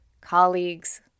colleagues